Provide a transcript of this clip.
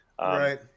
Right